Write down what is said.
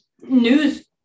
news